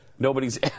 Nobody's